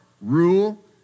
rule